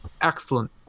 excellent